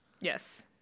Yes